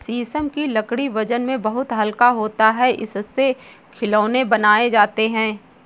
शीशम की लकड़ी वजन में बहुत हल्का होता है इससे खिलौने बनाये जाते है